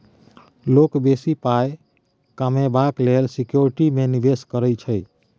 लोक बेसी पाइ कमेबाक लेल सिक्युरिटी मे निबेश करै छै